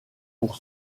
pour